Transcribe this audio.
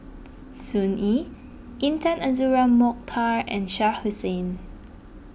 Sun Yee Intan Azura Mokhtar and Shah Hussain